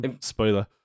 Spoiler